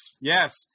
Yes